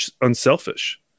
unselfish